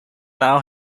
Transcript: now